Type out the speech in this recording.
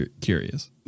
curious